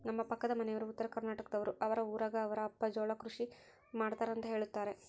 ನಮ್ಮ ಪಕ್ಕದ ಮನೆಯವರು ಉತ್ತರಕರ್ನಾಟಕದವರು, ಅವರ ಊರಗ ಅವರ ಅಪ್ಪ ಜೋಳ ಕೃಷಿ ಮಾಡ್ತಾರೆಂತ ಹೇಳುತ್ತಾರೆ